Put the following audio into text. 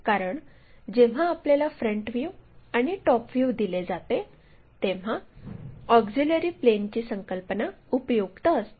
कारण जेव्हा आपल्याला फ्रंट व्ह्यू आणि टॉप व्ह्यू दिले जाते तेव्हा ऑक्झिलिअरी प्लेनची संकल्पना उपयुक्त असते